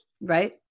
Right